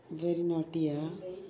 very naughty ah